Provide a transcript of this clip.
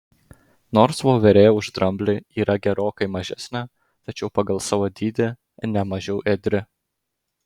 nors voverė už dramblį yra gerokai mažesnė tačiau pagal savo dydį ne mažiau ėdri